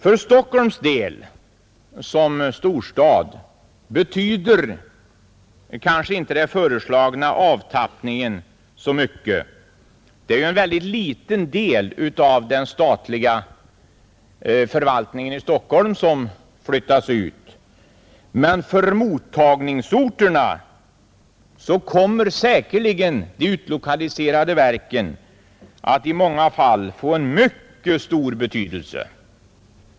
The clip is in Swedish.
För Stockholm som storstad betyder kanske inte den föreslagna avtappningen så mycket — det är en väldigt liten del av den statliga förvaltningen i Stockholm som flyttas ut — men för mottagningsorterna kommer säkerligen de utlokaliserade verken att i många fall få en mycket stor betydelse.